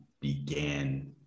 began